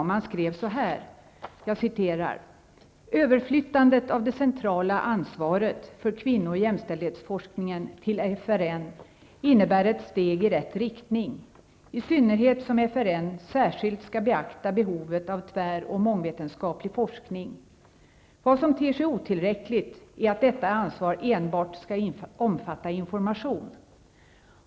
De skrev bl.a. så här: innbär ett steg i rätt riktning, i synnerhet som FRN ''särskilt skall beakta behovet av tvär och mångvetenskaplig forskning'. Vad som ter sig otillräckligt är att detta ansvar enbart skall omfatta information.